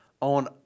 on